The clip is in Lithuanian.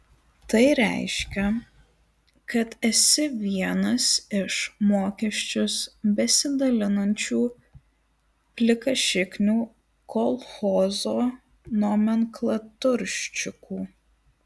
tai reiškia kad esi vienas iš mokesčius besidalinančių plikašiknių kolchozo nomenklaturščikų